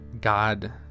God